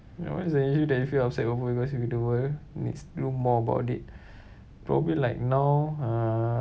ya what is an issue that you feel upset over because you feel the world needs to do more about it probably like now uh